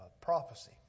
prophecy